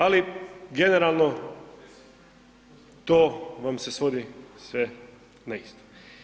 Ali generalno, to vam se svodi sve na isto.